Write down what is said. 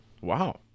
Wow